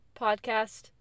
podcast